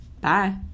bye